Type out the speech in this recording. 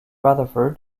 rutherford